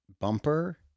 bumper